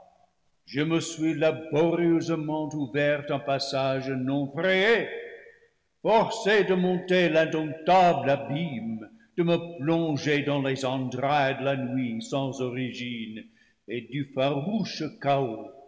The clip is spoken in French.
je me suis laborieuse ment ouvert un passage non frayé forcé de monter l'indomp table abîme de me plonger dans les entrailles de la nuit sans origine et du farouche chaos